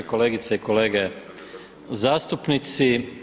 Kolegice i kolege zastupnici.